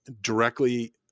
directly